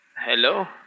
hello